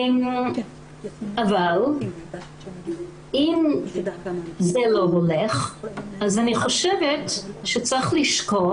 אבל אם זה לא הולך, אז אני חושבת שצריך לשקול